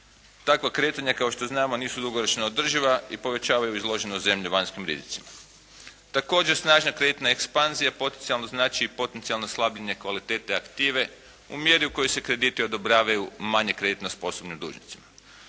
Takva kretanja kao što znamo nisu dugoročno održiva i povećavaju izloženost zemlje vanjskih rizicima. Također snažna kreditna ekspanzija potencijalno znači i potencijalno slabljenje kvalitete aktive u mjeri u kojoj se krediti odobravaju manje kreditno sposobnim dužnicima.